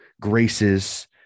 graces